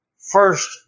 first